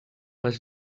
les